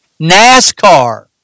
NASCAR